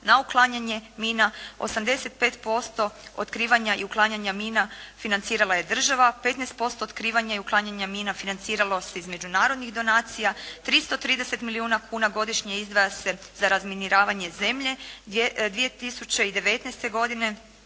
na uklanjanje mina, 85% otkrivanja i uklanjana mina financirala je država, 15% otkrivanja i uklanjanja mina financiralo se iz međunarodnih donacija, 330 milijuna kuna godišnje izdvaja se za razminiravanje zemlje, 2019. godine